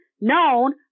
known